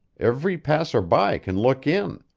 every passerby can look in.